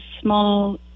small